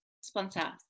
sponsor